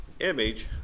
image